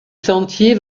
sentier